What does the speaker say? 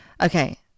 okay